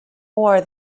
more